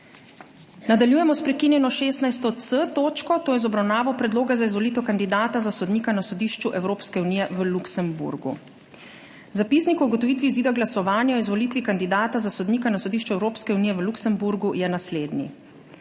Nadaljujemo s prekinjeno 16.c točko, to je z obravnavo Predloga za izvolitev kandidata za sodnika na Sodišču Evropske unije v Luksemburgu. Zapisnik o ugotovitvi izida glasovanja o izvolitvi kandidata za sodnika na Sodišču Evropske unije v Luksemburgu je naslednji.